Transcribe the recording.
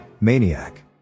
maniac